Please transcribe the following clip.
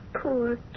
poor